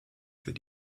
für